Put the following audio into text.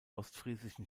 ostfriesischen